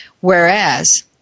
whereas